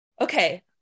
okay